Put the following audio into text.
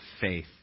faith